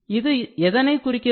இது எதனை குறிக்கிறது